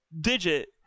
digit